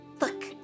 Look